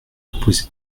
proposer